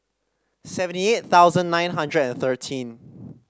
seventy eight thousand nine hundred and thirteen